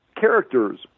characters